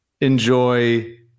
enjoy